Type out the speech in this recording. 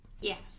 Yes